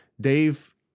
Dave